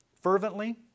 Fervently